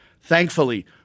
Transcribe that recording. Thankfully